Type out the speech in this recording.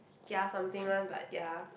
kia something one but ya